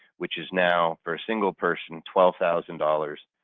which is now, for a single person, twelve thousand dollars.